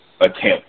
attempt